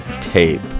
tape